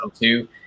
two